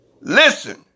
Listen